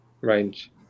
range